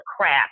crap